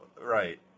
right